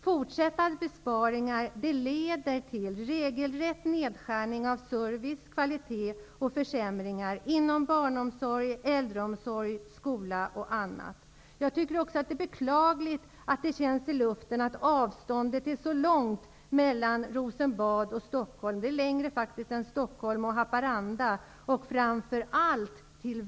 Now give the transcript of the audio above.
Fortsatta besparingar leder till regelrätt nedskärning av service och kvalitet och till försämringar inom barnomsorg, äldreomsorg, skola och annat. Det kan beklagligtvis också kännas i luften att avståndet är långt mellan Rosenbad och verkligheten ute i Stockholm, där personal och patienter finns.